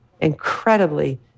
incredibly